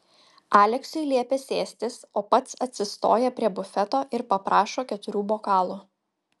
aleksiui liepia sėstis o pats atsistoja prie bufeto ir paprašo keturių bokalų